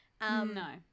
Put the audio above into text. No